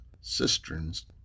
cisterns